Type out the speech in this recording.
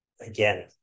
Again